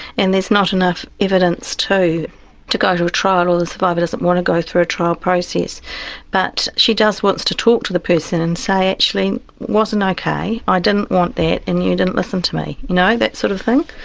and there's not enough evidence to to go to a trial or the survivor doesn't want to go through a trial process but she just wants to talk to the person and say, actually, it wasn't okay, i didn't want that and you didn't listen to me. know, that sort of thing.